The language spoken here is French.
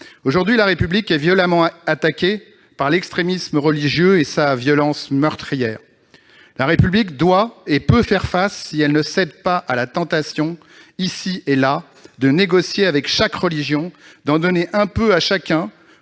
Aujourd'hui, la République est violemment attaquée par l'extrémisme religieux et sa violence meurtrière. La République doit et peut faire face, si elle ne cède pas à la tentation, ici et là, de négocier avec chaque religion, d'en donner un peu à chacun,